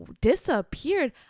disappeared